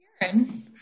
Karen